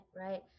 right